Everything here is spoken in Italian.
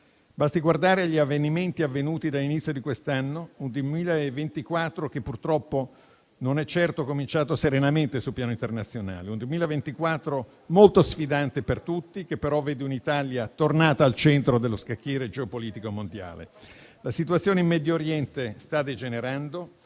Basti guardare agli avvenimenti avvenuti dall'inizio di quest'anno: un 2024 che purtroppo non è certo cominciato serenamente sul piano internazionale; un 2024 molto sfidante per tutti, che però vede un'Italia tornata al centro dello scacchiere geopolitico mondiale. La situazione in Medio Oriente sta degenerando